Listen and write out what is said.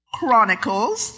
Chronicles